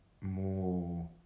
more